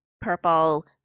purple